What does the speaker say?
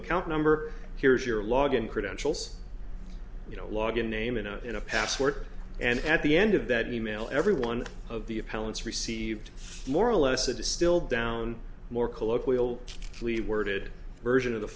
account number here's your log in credentials you know log in name in a in a password and at the end of that email every one of the appellant's received more or less a distilled down more colloquial plea worded version of the